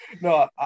No